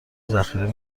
ذخیره